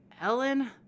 Ellen